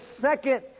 second